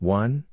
one